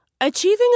Achieving